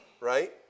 right